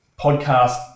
podcast